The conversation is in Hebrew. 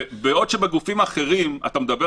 בגופים אחרים מדובר